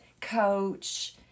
coach